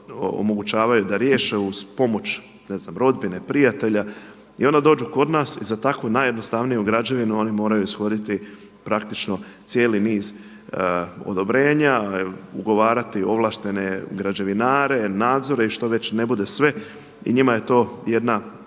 da riješe uz pomoć ne znam rodbine, prijatelja. I onda dođu kod nas i za takvu najjednostavniju građevinu oni moraju ishoditi praktično cijeli niz odobrenja, ugovarati ovlaštene građevinare, nadzore i što već ne bude sve. I njima je to jedna ja